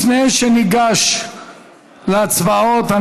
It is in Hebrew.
לפני שניגש להצבעות,